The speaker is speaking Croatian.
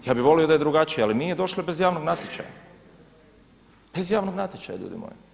Ja bih volio da je drugačije, ali nije, došlo je bez javnog natječaja, bez javnog natječaja ljudi moji.